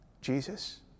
Jesus